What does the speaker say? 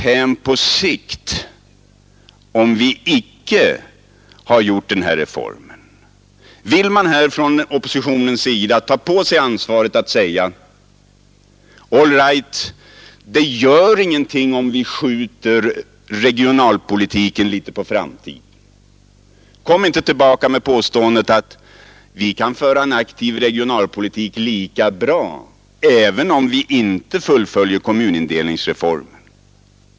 Det är något som vi hela tiden bör ha i tankarna. Vill man från oppositionens sida ta på sig ansvaret och säga: ”All right, det gör ingenting om regionalpolitiken skjuts litet på framtiden”? Kom inte tillbaka med påståendet att vi lika bra kan föra en aktiv regionalpolitik även om kommunindelningsreformen inte fullföljs.